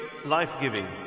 life-giving